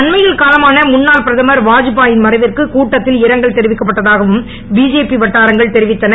அண்மையில் காலமான முன்னாள் பிரதமர் வாத்பாய் மறைவிற்கு கூட்டத்தில் இரங்கல் தெரிவிக்கப்பட்டதாகவும் பிஜேபி வட்டாரங்கள் தெரிவித்தன